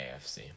AFC